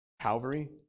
Calvary